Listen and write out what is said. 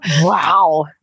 Wow